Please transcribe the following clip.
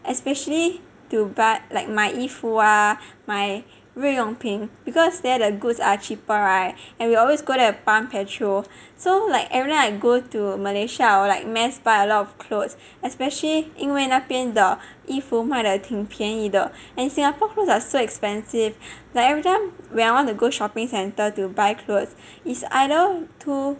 especially to buu like 买衣服啊买日用品 because there the goods are cheaper [right] and we always go there to pump petrol so like everytime I go to Malaysia I'll like mass buy a lot of clothes especially 因为那边的衣服卖的挺便宜的 and Singapore clothes are so expensive like everytime when I want to go shopping centre to buy clothes it's either too